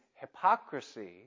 hypocrisy